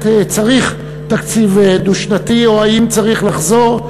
צריך תקציב דו-שנתי או האם צריך לחזור,